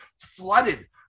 flooded